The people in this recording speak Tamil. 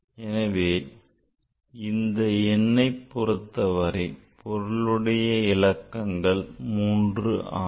எனவே இந்த எண்ணை பொறுத்தவரை பொருளுடைய இலக்கங்கள் 3 ஆகும்